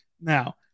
Now